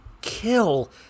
kill